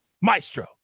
maestro